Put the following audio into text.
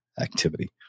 activity